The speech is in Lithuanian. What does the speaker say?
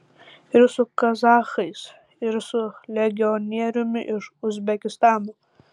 ir su kazachais ir su legionieriumi iš uzbekistano